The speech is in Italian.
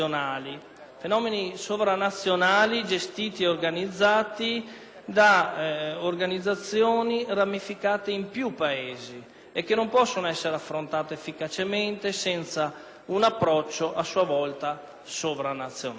fenomeni sovranazionali, gestiti e organizzati da organizzazioni ramificate in più Paesi e che non possono essere affrontati efficacemente senza un approccio sovranazionale.